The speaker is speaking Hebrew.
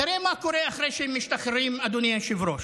תראה מה קורה אחרי שהם משתחררים, אדוני היושב-ראש,